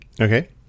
okay